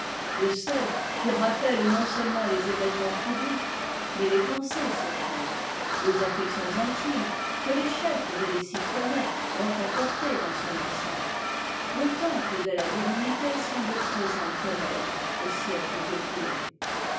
le seul qui rappelle non-seulement les événements publics mais les pensées secrètes les affections intimes que les chefs et les citoyens ont apportées dans son enceinte le temple de la divinité semble présent comme elle aux siècles écoulés